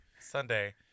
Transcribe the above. Sunday